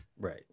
Right